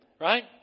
Right